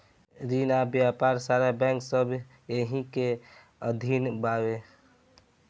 रिन आ व्यापार सारा बैंक सब एही के अधीन बावे